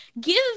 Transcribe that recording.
give